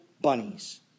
bunnies